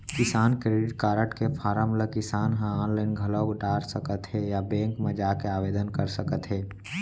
किसान credit card के form ल किसान ह आनलाइन घलौ डार सकत हें या बेंक म जाके आवेदन कर सकत हे